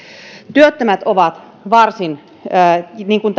työttömät ovat niin kuin